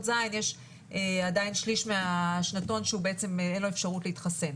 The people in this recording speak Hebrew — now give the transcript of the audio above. ז' יש עדיין שליש מהשנתון שאין לו אפשרות להתחסן.